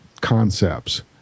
concepts